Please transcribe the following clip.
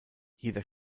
jeder